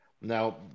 now